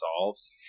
solves